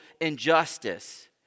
injustice